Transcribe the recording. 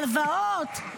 הלוואות,